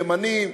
ימנים,